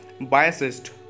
biased